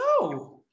no